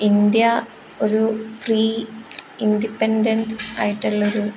India ഒരു free independent ആയിട്ടുള്ളൊരു